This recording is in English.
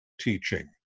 teaching